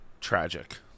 tragic